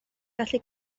gallu